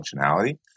functionality